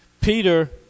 Peter